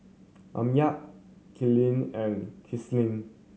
Amya Coleen and Kinsley